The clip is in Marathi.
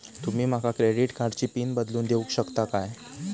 तुमी माका क्रेडिट कार्डची पिन बदलून देऊक शकता काय?